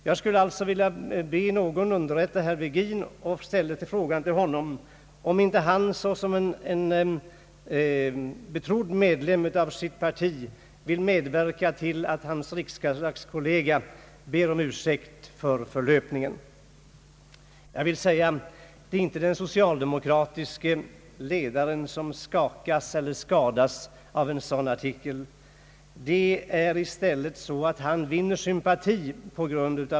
Jag skulle alltså vilja be någon underrätta herr Virgin och fråga honom om inte han såsom en betrodd medlem av sitt parti vill medverka till att hans riksdagskollega ber om ursäkt för förlöpningen. Jag vill framhålla att det inte är den socialdemokratiske ledaren som skakas eller skadas av en sådan artikel. Han vinner i stället sympati.